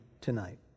tonight